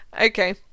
Okay